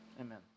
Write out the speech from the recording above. Amen